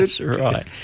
right